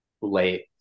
Late